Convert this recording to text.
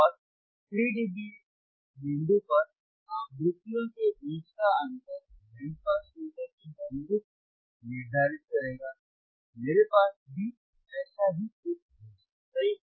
और 3 डीबी बिंदु पर आवृत्तियों के बीच का अंतर बैंड पास फिल्टर की बैंडविड्थ निर्धारित करेगामेरे पास भी ऐसा ही कुछ होगा सही